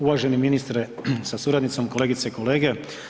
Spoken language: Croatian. Uvaženi ministre sa suradnicom, kolegice i kolege.